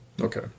Okay